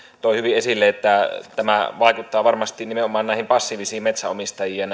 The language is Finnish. toi hyvin esille että tämä vaikuttaa varmasti nimenomaan näihin passiivisiin metsänomistajiin ja